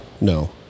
No